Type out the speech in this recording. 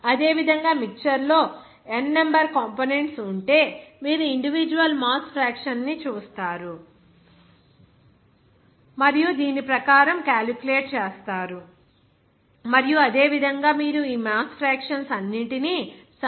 అదేవిధంగా మిక్చర్ లో n number components ఉంటే మీరు ఇండివిడ్యువల్ మాస్ ఫ్రాక్షన్ ని చూస్తారు మరియు మీరు దాని ప్రకారం క్యాలిక్యులేట్ చేస్తారు మరియు అదే విధంగా మీరు ఈ మాస్ ఫ్రాక్షన్స్ అన్నింటిని సమ్ చేస్తే అది అక్కడ 1 అవుతుంది